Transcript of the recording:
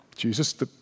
Jesus